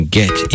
get